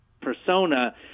persona